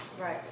Right